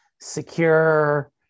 secure